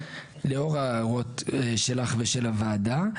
לאור ההערות שלך ושל הוועדה,